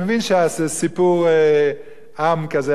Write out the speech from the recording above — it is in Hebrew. אני מבין שזה סיפור-עם כזה,